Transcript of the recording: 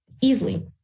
easily